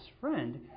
friend